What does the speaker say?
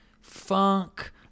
funk